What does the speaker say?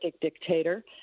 dictator